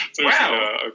Wow